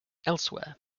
elsewhere